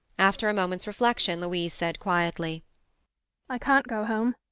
after a moment's reflection, louise said quietly i can't go home.